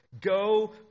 go